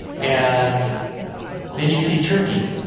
and then you see turkey.